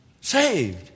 Saved